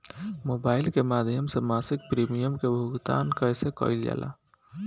Mobile के माध्यम से मासिक प्रीमियम के भुगतान कैसे कइल जाला?